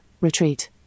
retreat